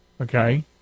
okay